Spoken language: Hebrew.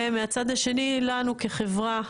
ומהצד השני לנו כחברה,